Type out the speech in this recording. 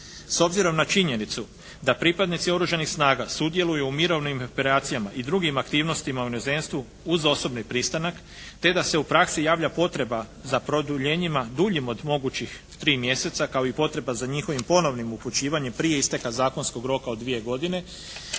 S obzirom na činjenicu da pripadnici Oružanih snaga sudjeluju u mirovnim operacijama i drugim aktivnosti u inozemstvu uz osobni pristanak te da se u praksi javlja potreba za produljenjima duljim od mogućih 3 mjeseca kao i potreba za njihovih ponovnim upućivanjem prije isteka zakonskog roka od 2 godine,